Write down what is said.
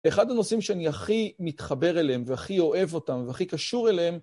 אחד הנושאים שאני הכי מתחבר אליהם, והכי אוהב אותם, והכי קשור אליהם,